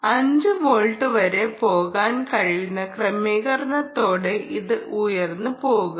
5 volt വരെ പോകാൻ കഴിയുന്ന ക്രമീകരണത്തോടെ ഇത് ഉയർന്ന് പോകാം